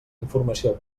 informació